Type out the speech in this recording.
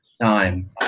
time